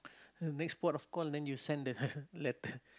next port of call then you send the letter